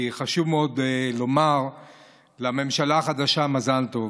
כי חשוב מאוד לומר לממשלה החדשה מזל טוב.